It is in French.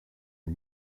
est